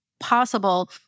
possible